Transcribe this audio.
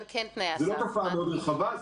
זו לא תופעה מאוד רחבה,